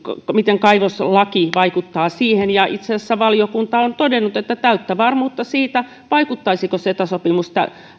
miten kaivoslaki vaikuttaa siihen itse asiassa valiokunta on todennut että täyttä varmuutta siitä vaikuttaisiko ceta sopimus